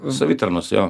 savitarnos jo